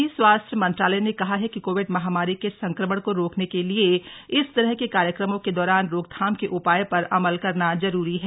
केन्द्रीय स्वास्थ्य मंत्रालय ने कहा है कि कोविड महामारी के संक्रमण को रोकने के लिए इस तरह के कार्यक्रमों के दौरान रोकथाम के उपाय पर अमल करना जरुरी है